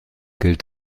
gilt